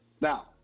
Now